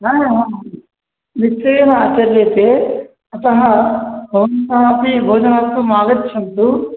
ह ह निश्चयेन आचर्यते अतः भवन्तः अपि भोजनार्थम् आगच्छन्तु